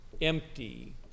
empty